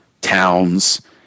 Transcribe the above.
towns